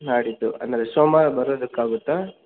ನಾಡಿದ್ದು ಅಂದರೆ ಸೋಮವಾರ ಬರೂದಕ್ಕೆ ಆಗುತ್ತಾ